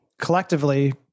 collectively